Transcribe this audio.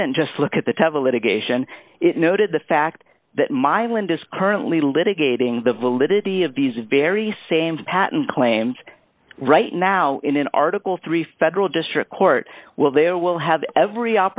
didn't just look at the temple litigation it noted the fact that my landis currently litigating the validity of these very same patent claims right now in an article three federal district court will there will have every